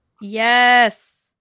Yes